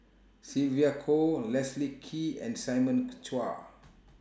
Sylvia Kho Leslie Kee and Simon Chua